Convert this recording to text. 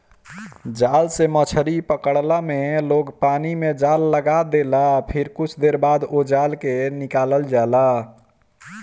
जाल से मछरी पकड़ला में लोग पानी में जाल लगा देला फिर कुछ देर बाद ओ जाल के निकालल जाला